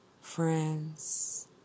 friends